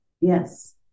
Yes